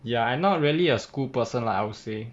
ya I not really a school person lah I would say